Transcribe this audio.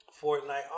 Fortnite